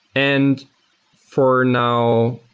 and for now,